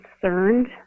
concerned